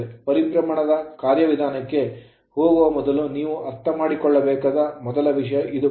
ಪರಿಭ್ರಮಣದ ಕಾರ್ಯವಿಧಾನಕ್ಕೆ ಹೋಗುವ ಮೊದಲು ನೀವು ಅರ್ಥಮಾಡಿಕೊಳ್ಳಬೇಕಾದ ಮೊದಲ ವಿಷಯ ಇದು